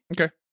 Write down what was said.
Okay